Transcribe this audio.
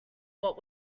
what